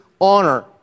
honor